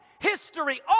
history